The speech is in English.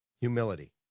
Humility